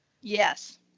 Yes